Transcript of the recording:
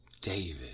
David